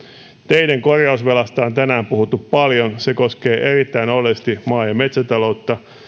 teiden korjausvelasta on tänään puhuttu paljon se koskee erittäin oleellisesti maa ja metsätaloutta